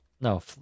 No